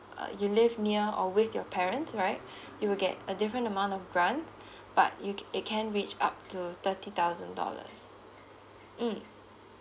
uh you live near or with your parents right you will get a different amount of grant but you it reach up to thirty thousand dollars